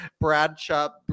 Bradshaw